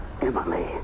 Emily